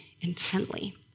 intently